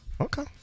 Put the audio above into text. Okay